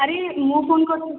ଆରେ ମୁଁ ଫୋନ୍ କରିଥିଲି